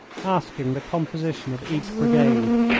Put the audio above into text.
asking the composition of each brigade.